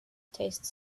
taste